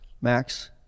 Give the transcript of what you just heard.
Max